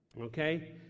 Okay